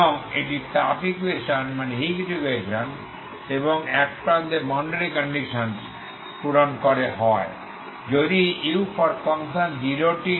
এবং এটি তাপ ইকুয়েশন এবং এক প্রান্তে বাউন্ডারি কন্ডিশনস পূরণ করে হয়